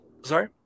sorry